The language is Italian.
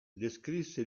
descrisse